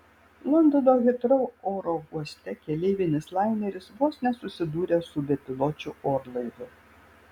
londono hitrou oro uoste keleivinis laineris vos nesusidūrė su bepiločiu orlaiviu